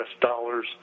dollars